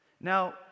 Now